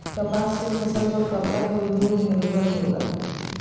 कपास के फसल पर कपड़ा के उद्योग निर्भर होला